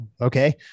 okay